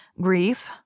grief